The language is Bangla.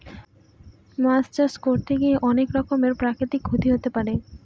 মাছ চাষ করতে গিয়ে অনেক রকমের প্রাকৃতিক ক্ষতি হতে পারে